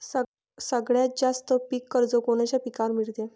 सगळ्यात जास्त पीक कर्ज कोनच्या पिकावर मिळते?